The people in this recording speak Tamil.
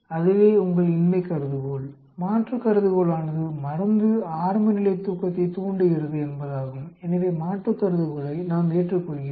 அதுவே உங்கள் இன்மை கருதுகோள் மாற்று கருதுகோளானது மருந்து ஆரம்பநிலை தூக்கத்தைத் தூண்டுகிறது என்பதாகும் எனவே மாற்று கருதுகோளை நாம் ஏற்றுக்கொள்கிறோம்